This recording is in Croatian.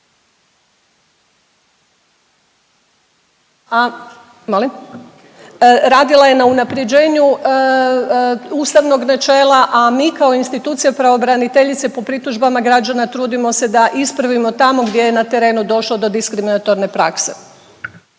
Radila je na unapređenju ustavnog načela, a mi kao institucija pravobraniteljice po pritužbama građana trudimo se da ispravimo tamo gdje je na terenu došlo do diskriminatorne prakse.